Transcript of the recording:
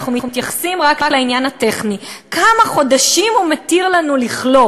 אנחנו מתייחסים רק לעניין הטכני: כמה חודשים הוא מתיר לנו לכלוא